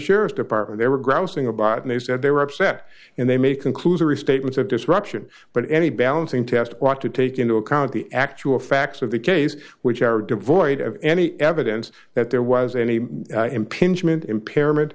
sheriff's department they were grousing about it and they said they were upset and they may conclusory statements of disruption but any balancing test want to take into account the actual facts of the case which are devoid of any evidence that there was any impingement impairment